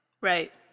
Right